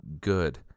good